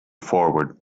forward